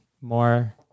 more